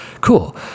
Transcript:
cool